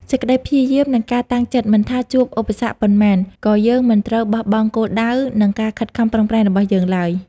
សេចក្តីព្យាយាម និងការតាំងចិត្ត មិនថាជួបឧបសគ្គប៉ុន្មាន ក៏យើងមិនត្រូវបោះបង់គោលដៅ និងការខិតខំប្រឹងប្រែងរបស់យើងឡើយ។